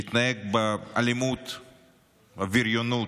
שמתנהג באלימות, בבריונות,